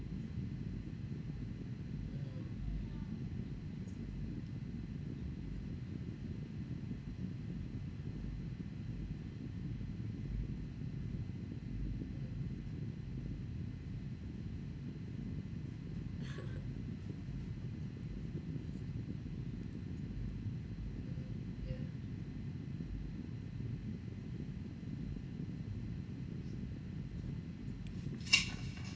mm mm mm yeah